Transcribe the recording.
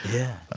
yeah.